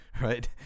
right